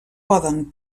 poden